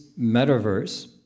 metaverse